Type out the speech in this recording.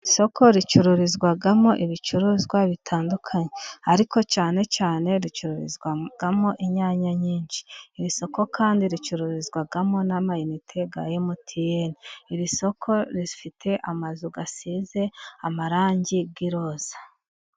Isoko ricururizwamo ibicuruzwa bitandukanye, ariko cyane cyane ricururizwamo inyanya nyinshi, iri soko kandi ricururizwamo n'amayinite ya emutiyeni, iri soko rifite amazu asize amarangi y'iroza.